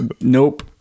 nope